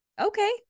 okay